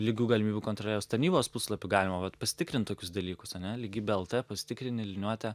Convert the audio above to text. lygių galimybių kontrolieriaus tarnybos puslapy galima pasitikrint tokius dalykus ane lygybė lt pasitikrini liniuotę